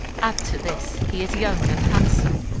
add to this, he is young and handsome,